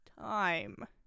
time